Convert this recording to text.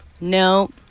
No